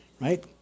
right